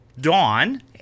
dawn